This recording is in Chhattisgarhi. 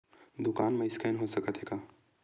दुकान मा स्कैन हो सकत हे का?